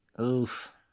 Oof